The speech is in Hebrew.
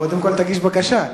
קודם כול תגיש בקשה.